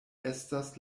estas